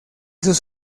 sus